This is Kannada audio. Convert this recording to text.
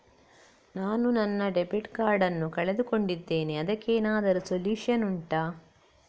ನಾನು ನನ್ನ ಡೆಬಿಟ್ ಕಾರ್ಡ್ ನ್ನು ಕಳ್ಕೊಂಡಿದ್ದೇನೆ ಅದಕ್ಕೇನಾದ್ರೂ ಸೊಲ್ಯೂಷನ್ ಉಂಟಾ